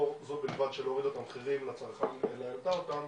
לא זו בלבד שלא הורידה את המחירים לצרכן אלא העלתה אותם,